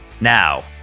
Now